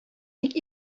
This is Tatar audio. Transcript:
ник